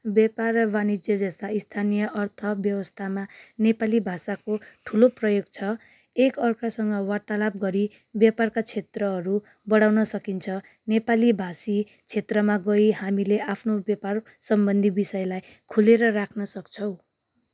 व्यापार र वाणिज्य जस्ता स्थानीय अर्थ व्यवस्थामा नेपाली भाषाको ठुलो प्रयोग छ एकअर्कासँग वार्तालाप गरी व्यापारका क्षेत्रहरू बढाउन सकिन्छ नेपाली भाषी क्षेत्रमा गइ हामीले आफ्नो व्यापार सम्बन्धी विषयलाई खुलेर राख्नसक्छौँ